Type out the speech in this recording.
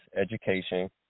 education